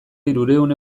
hirurehun